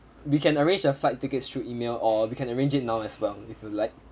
we can arrange your flight tickets through email or you can arrange it now as well if you like